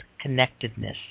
connectedness